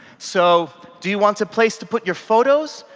so do you want a place to put your photos?